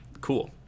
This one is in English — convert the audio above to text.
Cool